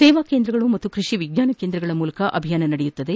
ಸೇವಾ ಕೇಂದ್ರಗಳು ಮತ್ತು ಕೃಷಿ ವಿಜ್ಞಾನ ಕೇಂದ್ರಗಳ ಮೂಲಕ ಅಭಿಯಾನ ನಡೆಯಲಿದೆ